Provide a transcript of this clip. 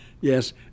Yes